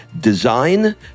design